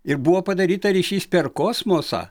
ir buvo padaryta ryšys per kosmosą